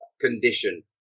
condition